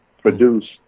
produce